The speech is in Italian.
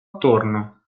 attorno